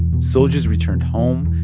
soldiers returned home,